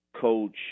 Coach